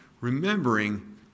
remembering